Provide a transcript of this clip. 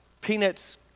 Peanuts